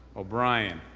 o'brien,